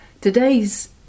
Today's